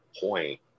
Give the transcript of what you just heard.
point